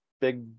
big